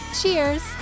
Cheers